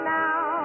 now